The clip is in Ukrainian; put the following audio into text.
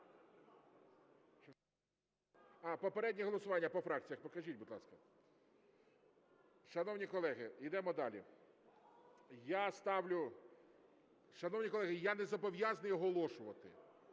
Попереднє голосування по фракціях покажіть, будь ласка. Шановні колеги, йдемо далі. Шановні колеги, я не зобов'язаний оголошувати.